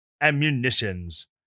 ammunitions